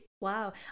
Wow